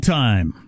time